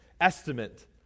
estimate